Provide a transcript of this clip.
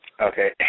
Okay